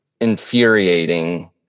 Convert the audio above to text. infuriating